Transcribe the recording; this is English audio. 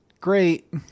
great